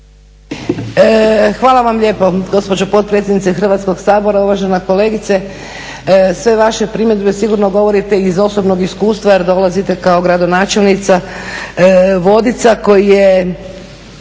Hvala vam lijepo gospođo potpredsjednice Hrvatskoga sabora, uvažena kolegice. Sve vaše primjedbe sigurno govorite iz osobnog iskustva jer dolazite kao gradonačelnica Vodica koji je